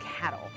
cattle